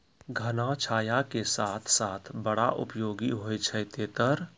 घना छाया के साथ साथ बड़ा उपयोगी होय छै तेतर